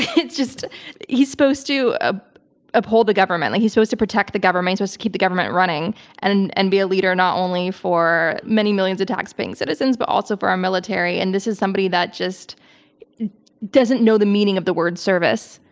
he's supposed to ah uphold the government, like he's supposed to protect the government, supposed to keep the government running and and be a leader not only for many millions of taxpaying citizens but also for our military and this is somebody that just doesn't know the meaning of the word service.